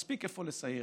יש מספיק איפה לסייר.